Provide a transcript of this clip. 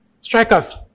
Strikers